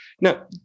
Now